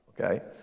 Okay